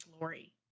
Lori